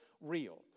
real